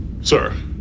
Sir